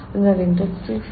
അതിനാൽ ഇൻഡസ്ട്രി 4